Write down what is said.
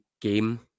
game